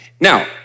Now